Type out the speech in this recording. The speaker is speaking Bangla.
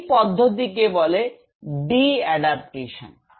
এই পদ্ধতিকে বলে ডি এডাপটেশন